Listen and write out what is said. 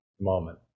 moment